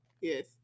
Yes